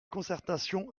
concertation